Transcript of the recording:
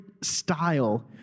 style